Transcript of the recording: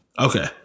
Okay